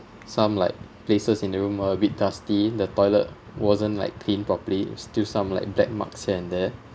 some like places in the room were a bit dusty the toilet wasn't like cleaned properly still some like black marks here and there